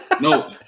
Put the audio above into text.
no